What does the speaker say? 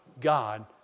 God